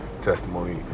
testimony